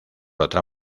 otra